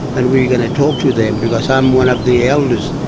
and we going to talk to them because i'm one of the elders.